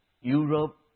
Europe